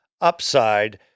upside